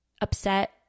upset